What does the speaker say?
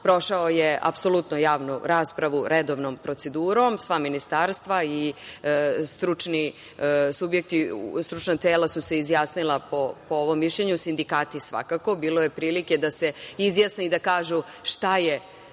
prošao je apsolutno javnu raspravu redovnom procedurom. Sva ministarstva i stručni subjekti, stručna tela su se izjasnila po ovom mišljenju, sindikati svakako. Bilo je prilike da se izjasne i da kažu šta je